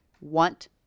want